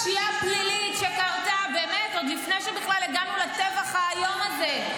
פשיעה פלילית שקרתה עוד לפני שבכלל הגענו לטבח האיום הזה.